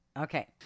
Okay